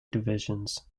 divisions